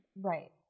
Right